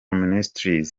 ministries